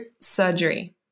surgery